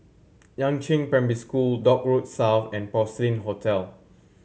Yangzheng Primary School Dock Road South and Porcelain Hotel